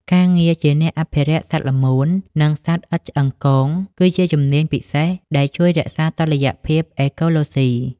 ការងារជាអ្នកអភិរក្សសត្វល្មូន និងសត្វឥតឆ្អឹងកង គឺជាជំនាញពិសេសដែលជួយរក្សាតុល្យភាពអេកូឡូស៊ី។